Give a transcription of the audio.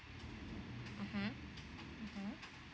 mmhmm mmhmm